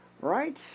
Right